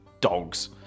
dogs